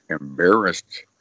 embarrassed